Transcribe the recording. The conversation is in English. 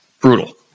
Brutal